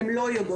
הן לא יודעות,